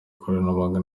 ikoranabuhanga